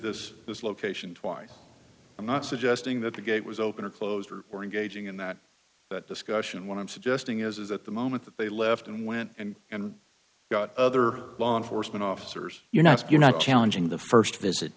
this this location twice i'm not suggesting that the gate was open or closed or engaging in that that discussion what i'm suggesting is is that the moment that they left and went and and got other law enforcement officers you're not you're not challenging the first visit